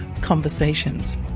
conversations